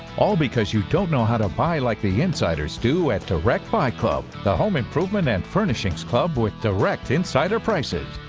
all because you don't know how to buy like the insiders do at directbuy club, the home improvement and furnishings club with direct insider prices.